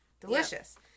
delicious